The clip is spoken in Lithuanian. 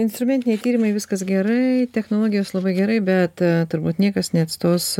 instrumentiniai tyrimai viskas gerai technologijos labai gerai bet turbūt niekas neatstos